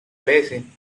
basin